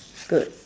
good